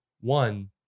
one